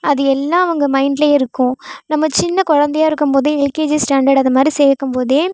அது எல்லாம் அவங்க மைண்ட்டிலே இருக்கும் நம்ம சின்ன குழந்தையா இருக்கும்போதே எல்கேஜி ஸ்டாண்டர்ட் அதைமாரி சேர்க்கம்போதே